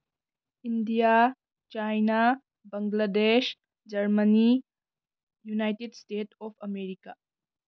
India China Bangladesh Germany United States of America